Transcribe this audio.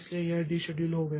इसलिए यह डीशेड्यूल हो गया